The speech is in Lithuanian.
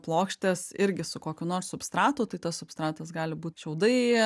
plokštės irgi su kokiu nors substratu tai tas substratas gali būt šiaudai